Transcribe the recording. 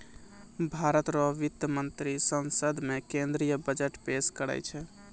भारत रो वित्त मंत्री संसद मे केंद्रीय बजट पेस करै छै